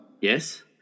Yes